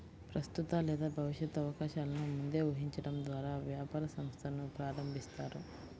ప్రస్తుత లేదా భవిష్యత్తు అవకాశాలను ముందే ఊహించడం ద్వారా వ్యాపార సంస్థను ప్రారంభిస్తారు